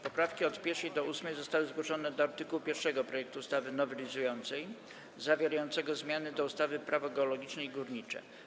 Poprawki od 1. do 8. zostały zgłoszone do art. 1 projektu ustawy nowelizującej zawierającego zmiany do ustawy Prawo geologiczne i górnicze.